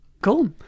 Cool